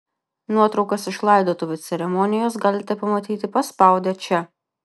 nuotraukas iš laidotuvių ceremonijos galite pamatyti paspaudę čia